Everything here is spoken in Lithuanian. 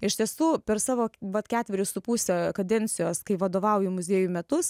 iš tiesų per savo vat ketverius su puse kadencijos kai vadovauju muziejui metus